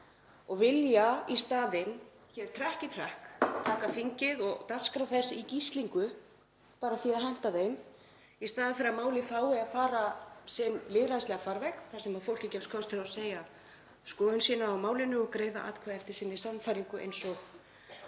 og vilji hér í staðinn trekk í trekk taka þingið og dagskrá þess í gíslingu bara af því að það hentar þeim í staðinn fyrir að málið fái að fara í sinn lýðræðislega farveg þar sem fólki gefst kostur á að segja skoðun sína á málinu og greiða atkvæði eftir sinni sannfæringu eins og